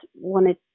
wanted